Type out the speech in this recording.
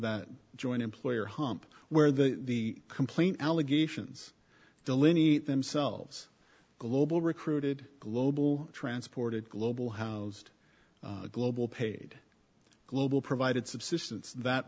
that joint employer hump where the complaint allegations delineate themselves global recruited global transported global housed global paid global provided subsistence that